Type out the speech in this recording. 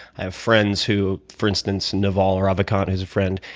i have friends who for instance, novel rabika is a friend.